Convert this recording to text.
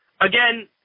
Again